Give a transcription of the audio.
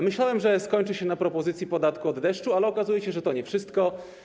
Myślałem, że skończy się na propozycji podatku od deszczu, ale okazuje się, że to nie wszystko.